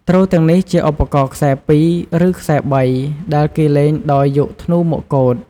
ទ្រទាំងនេះជាឧបករណ៍ខ្សែពីរ ឬខ្សែបី ដែលគេលេងដោយយកធ្នូមកកូត។